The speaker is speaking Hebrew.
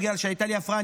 בגלל שהייתה לי הפרעה,